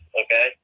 okay